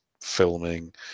filming